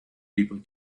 people